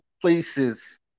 places